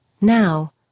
Now